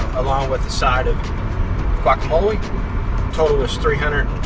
along with the side of guacamole total was three hundred